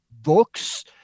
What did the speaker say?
books